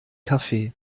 café